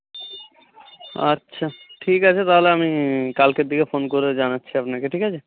আচ্ছা ঠিক আছে তাহলে আমি কালকের দিকে ফোন করে জানাচ্ছি আপনাকে ঠিক আছে